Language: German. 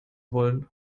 wollen